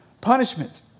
punishment